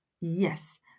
Yes